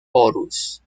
horus